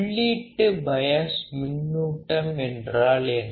உள்ளீட்டு பையாஸ் மின்னூட்டம் என்றால் என்ன